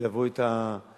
ילוו את הדרישות,